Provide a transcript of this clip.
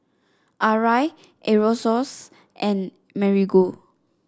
Arai Aerosoles and Marigold